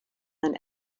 than